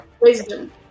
wisdom